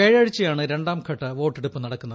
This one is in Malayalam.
വ്യാഴാഴ്ചയാണ് രണ്ടാംഘട്ട വോട്ടെടുപ്പ് നടക്കുന്നത്